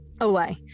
away